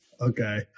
Okay